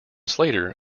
slater